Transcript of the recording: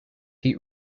heat